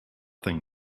thing